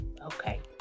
Okay